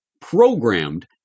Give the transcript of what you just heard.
programmed